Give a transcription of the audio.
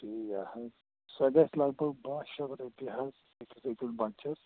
تہٕ یہِ حظ سۄ گَژھِ لَگ بَگ باہ شیٚتھ رۄپیہِ حظ أکِس أکِس بَچَس